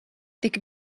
tik